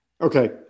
okay